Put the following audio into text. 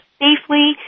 safely